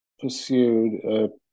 pursued